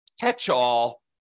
catch-all